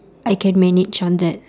I can manage on that